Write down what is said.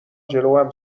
جلوم